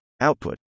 output